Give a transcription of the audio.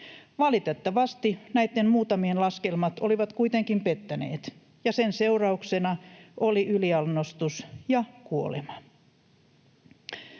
Valitettavasti näitten muutamien laskelmat olivat kuitenkin pettäneet ja sen seurauksena oli yliannostus ja kuolema.